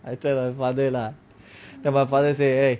I tell my father lah then my father say eh